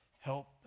Help